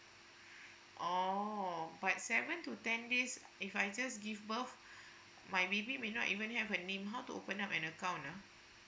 oh but seven to ten days if I just give birth my baby may not even have a name how to open up an account ah